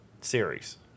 series